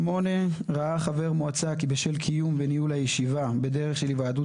ראה חבר מועצה כי בשל קיום וניהול הישיבה בדרך של היוועדות